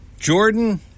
Jordan